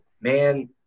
man